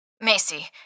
Macy